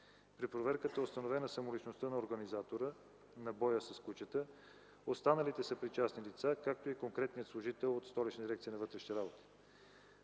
При проверката е установена самоличността на организатора на боя с кучета, останалите съпричастни лица, както и конкретният служител от Столична дирекция на вътрешните работи.